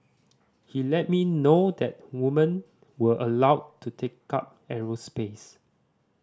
he let me know that woman were allowed to take up aerospace